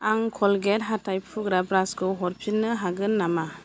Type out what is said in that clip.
आं क'लगेट हाथाय फुग्रा ब्रासखौ हरफिन्नो हागोन नामा